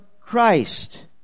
Christ